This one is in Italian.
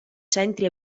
centri